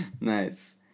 Nice